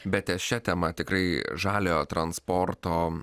bet šia tema tikrai žaliojo transporto